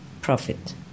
profit